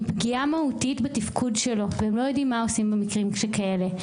פגיעה מהותית בתפקוד שלו והם לא יודעים מה עושים במקרים שכאלה.